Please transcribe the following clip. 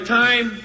time